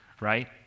right